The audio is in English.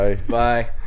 Bye